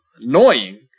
Annoying